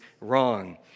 wrong